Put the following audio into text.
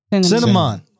Cinnamon